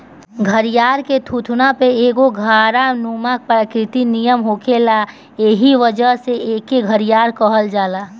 घड़ियाल के थुथुना पे एगो घड़ानुमा आकृति नियर होखेला एही वजह से एके घड़ियाल कहल जाला